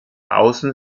außen